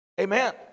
Amen